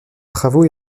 travaux